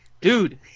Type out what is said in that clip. dude